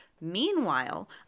Meanwhile